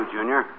Junior